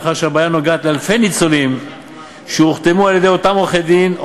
מאחר שהבעיה נוגעת באלפי ניצולים שהוחתמו על-ידי אותם עורכי-דין,